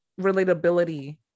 relatability